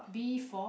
B for